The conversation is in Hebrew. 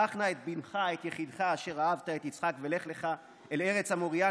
"קח נא את בנך את יחידך אשר אהבת את יצחק ולך לך אל ארץ המוריה",